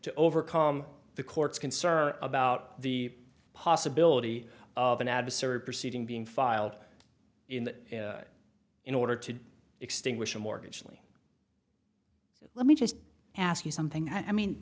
to overcome the court's concern about the possibility of an adversarial proceeding being filed in that in order to extinguish a mortgage lee let me just ask you something i mean